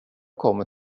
kommer